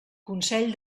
consell